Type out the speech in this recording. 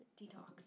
Detox